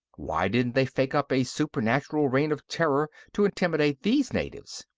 why didn't they fake up a supernatural reign of terror to intimidate these natives?